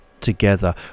together